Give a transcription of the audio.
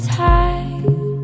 time